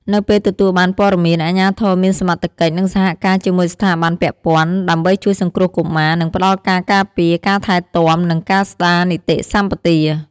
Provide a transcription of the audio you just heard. នៅពេលទទួលបានព័ត៌មាន អាជ្ញាធរមានសមត្ថកិច្ចនឹងសហការជាមួយស្ថាប័នពាក់ព័ន្ធ ដើម្បីជួយសង្គ្រោះកុមារ និងផ្ដល់ការការពារ ការថែទាំ និងការស្ដារនីតិសម្បទា។